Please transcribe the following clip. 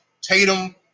Tatum